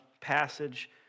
passage